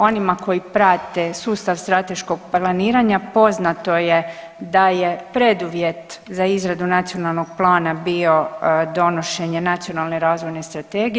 Onima koji prate sustav strateškog planiranja poznato je da je preduvjet za izradu nacionalnog plana bio donošenje Nacionalne razvojne strategije.